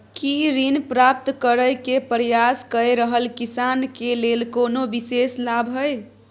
की ऋण प्राप्त करय के प्रयास कए रहल किसान के लेल कोनो विशेष लाभ हय?